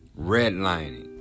Redlining